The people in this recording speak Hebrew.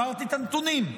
אמרתי את הנתונים.